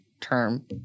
term